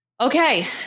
Okay